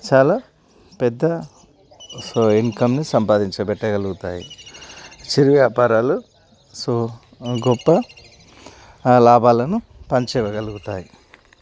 చాలా పెద్ద సో ఇన్కమ్ని సంపాదించబెట్టగలుగుతాయి చిరు వ్యాపారాలు సో గొప్ప లాభాలను పంచగలుగుతాయి